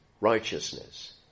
righteousness